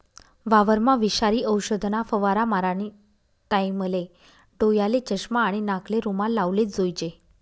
वावरमा विषारी औषधना फवारा मारानी टाईमले डोयाले चष्मा आणि नाकले रुमाल लावलेच जोईजे